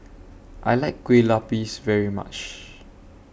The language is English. I like Kueh Lopes very much